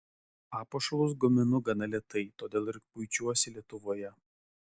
papuošalus gaminu gana lėtai todėl ir kuičiuosi lietuvoje